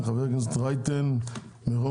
חברת הכנסת אפרת רייטן מרום.